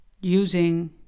using